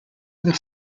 other